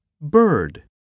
Bird